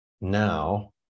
Now